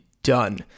done